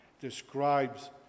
describes